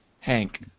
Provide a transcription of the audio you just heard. Hank